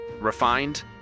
refined